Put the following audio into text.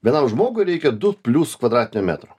vienam žmogui reikia du plius kvadratinio metro